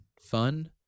Fun